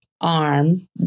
arm